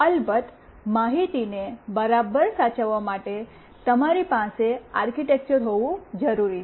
અલબત્ત માહિતીને બરાબર સાચવવા માટે તમારી પાસે આર્કિટેક્ચર હોવું જરૂરી છે